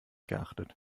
geachtet